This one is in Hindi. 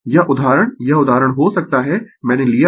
यह उदाहरण यह उदाहरण हो सकता है मैंने लिया है